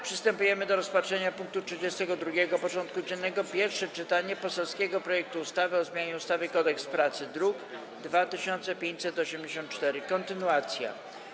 Przystępujemy do rozpatrzenia punktu 32. porządku dziennego: Pierwsze czytanie poselskiego projektu ustawy o zmianie ustawy Kodeks pracy (druk nr 2584) - kontynuacja.